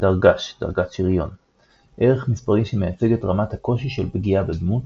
דרג"ש – ערך מספרי שמייצג את רמת הקושי של פגיעה בדמות,